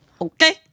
okay